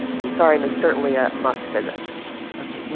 pizzarium is certainly a must-visit